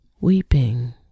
weeping